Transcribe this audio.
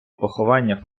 поховання